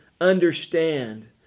understand